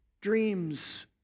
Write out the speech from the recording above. dreams